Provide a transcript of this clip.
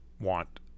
want